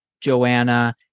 joanna